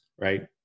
right